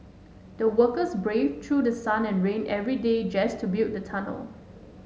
the workers braved through sun and rain every day just to build the tunnel